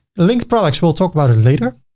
linked products we'll talk about it later.